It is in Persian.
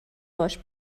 باش